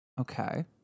Okay